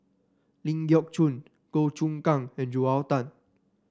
Ling Geok Choon Goh Choon Kang and Joel Tan